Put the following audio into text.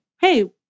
Hey